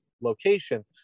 location